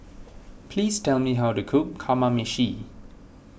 please tell me how to cook Kamameshi